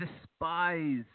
despise